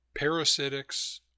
Parasitics